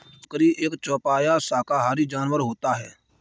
बकरी एक चौपाया शाकाहारी जानवर होता है